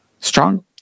strong